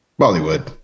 Bollywood